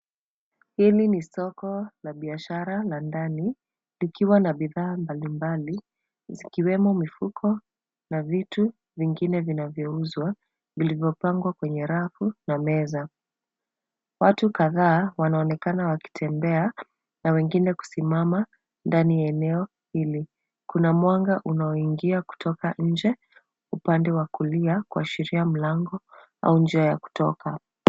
Hili ni soko la biashara na ndani likiwa na bidhaa mbalimbali zikiwemo mifuko na vitu vingine vinavyouzwa vilivyopangwa kwenye rafu na meza. wWtu kadhaa wanaonekana wakitembea na wengine kusimama ndani ya eneo hili. Kuna mwanga unaoingia kutoka nje upande wa kulia kwa sheria mlango au njia ya kutoka.